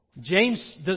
James